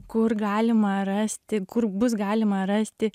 kur galima rasti kur bus galima rasti